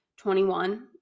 21